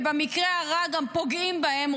ובמקרה הרע גם פוגעים בהם,